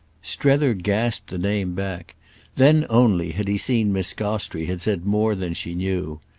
strether gasped the name back then only had he seen miss gostrey had said more than she knew.